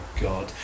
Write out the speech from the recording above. God